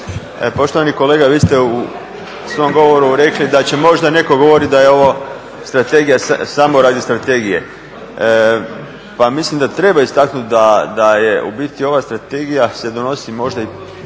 Poštovani kolega vi ste u svom govoru rekli da će možda netko govoriti da je ovo strategija samo radi strategije. Pa mislim da treba istaknuti da je u biti ova strategija se donosi možda i